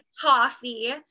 coffee